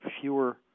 fewer